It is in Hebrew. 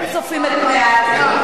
אולי הם צופים את פני העתיד?